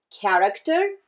character